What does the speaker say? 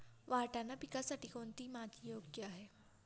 वाटाणा पिकासाठी कोणती माती योग्य आहे?